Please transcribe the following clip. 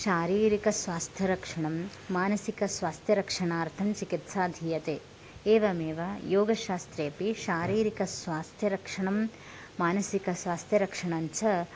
शारीरिकस्वास्थ्यरक्षणं मानसिकस्वास्थ्यरक्षणार्थं चिकित्सां धीयते एवमेव योगशास्त्रेपि शारीरिकस्वास्थ्यरक्षणं मानसिकस्वास्थ्यरक्षणं च